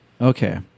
okay